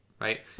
right